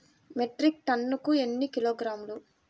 Metric టన్నుకు ఎన్ని కిలోగ్రాములు?